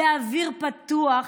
באוויר פתוח,